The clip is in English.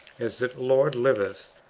as the lord liveth,